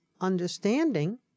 understanding